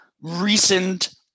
recent